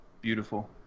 Beautiful